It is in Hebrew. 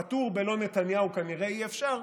פטור בלא נתניהו כנראה אי-אפשר,